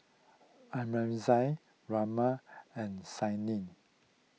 Aurangzeb Raman and Saina